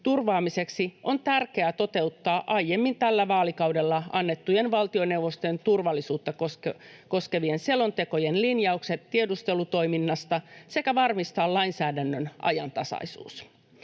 turvaamiseksi on tärkeää toteuttaa aiemmin tällä vaalikaudella annettujen valtioneuvoston turvallisuutta koskevien selontekojen linjaukset tiedustelutoiminnasta sekä varmistaa lainsäädännön ajantasaisuus.